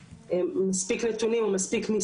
ושוב יש את השנתיים שהתייחסנו לפי השנתיים